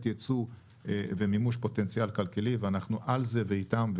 ייצוא ומימוש פוטנציאל כלכלי ואנחנו על זה ואיתם.